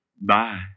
Bye